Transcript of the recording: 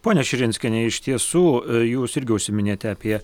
ponia širinskiene iš tiesų jūs irgi užsiminėte apie